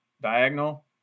diagonal